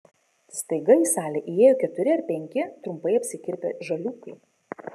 staiga į salę įėjo keturi ar penki trumpai apsikirpę žaliūkai